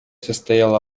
состояла